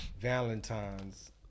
Valentine's